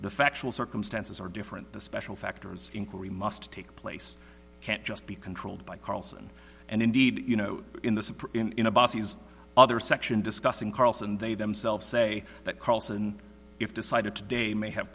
the factual circumstances are different the special factors inquiry must take place can't just be controlled by carlson and indeed you know in the supreme other section discussing carlson they themselves say that carlson if decided today may have